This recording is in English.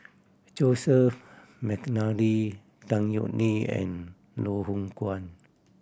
Joseph McNally Tan Yeok Nee and Loh Hoong Kwan